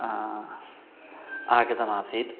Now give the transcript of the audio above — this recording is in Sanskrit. आगतमासीत्